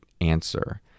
answer